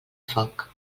foc